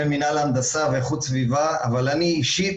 מינהל ההנדסה ואיכות סביבה אבל אני אישית